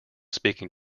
speaking